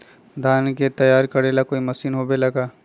धान के तैयार करेला कोई मशीन होबेला का?